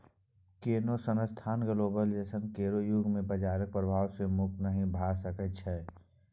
कोनो संस्थान ग्लोबलाइजेशन केर युग मे बजारक प्रभाव सँ मुक्त नहि भऽ सकै छै